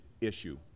issue